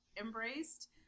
embraced